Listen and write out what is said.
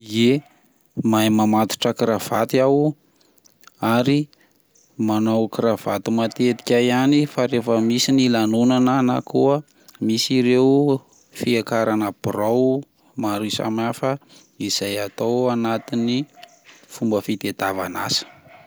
Ye, mahay mamatotra kravaty aho ary manao kravaty matetika ihany fa rehefa misy ny lanonana na koa misy ireo fiakarana birao maro samy hafa izay atao anatin'ny fomba fitediavana asa.